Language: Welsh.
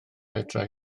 fedra